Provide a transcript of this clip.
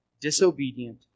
disobedient